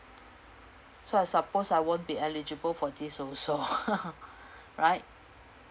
so I suppose I won't be eligible for this also right